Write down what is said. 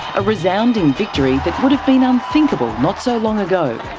a resounding victory that would have been unthinkable not so long ago.